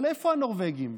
אבל איפה הנורבגים?